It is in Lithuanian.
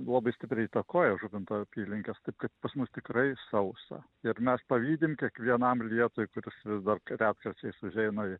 labai stipriai įtakoja žuvinto apylinkes taip kad pas mus tikrai sausa ir mes pavydim kiekvienam lietui kuris vis dar retkarčiais užeina